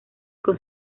con